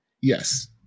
Yes